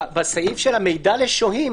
בסעיף של המידע לשוהים.